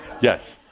yes